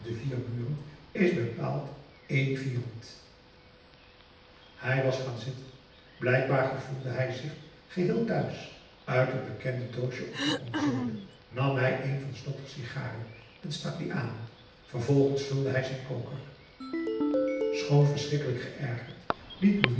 is bepaald édifiant hij was gaan zitten blijkbaar gevoelde hij zich geheel thuis uit het bekende doosje op de console nam hij een van s dokters sigaren en stak die aan vervolgens vulde hij zijn koker schoon verschrikkelijk geërgerd